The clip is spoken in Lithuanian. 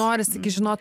norisi gi žinot